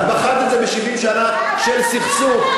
את בחנת את זה ב-70 שנה של סכסוך,